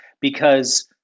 Because-